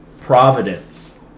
Providence